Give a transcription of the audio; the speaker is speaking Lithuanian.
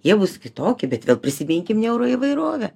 jie bus kitoki bet vėl prisiminkim neuro įvairovę